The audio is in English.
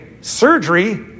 surgery